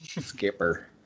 Skipper